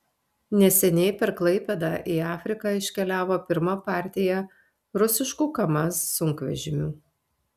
neseniai per klaipėdą į afriką iškeliavo pirma partija rusiškų kamaz sunkvežimių